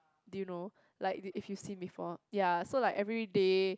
do you know like if if you seen before ya so like everyday